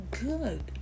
good